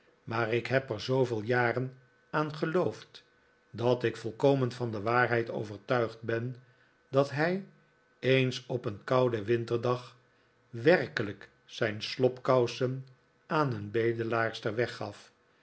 maar ik heb er zooveel jaren aan geloofd dat ik volkomen van de waarheid overtuigd ben dat hij eens op een kouden winterdag werkelijk zijn slobkousen aan een bedelaarster weggaf